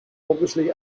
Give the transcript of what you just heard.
obviously